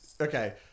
Okay